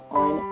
on